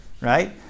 right